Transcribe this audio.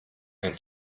ein